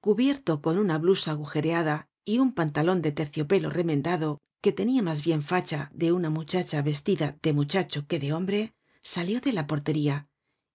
cubierto con una blusa agujereada y un pantalon de terciopelo remendado que tenia mas bien facha de una muchacha vestida de muchacho que de hombre salió de la portería